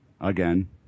again